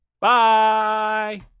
Bye